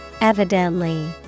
Evidently